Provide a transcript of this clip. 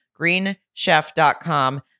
greenchef.com